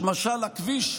הכביש,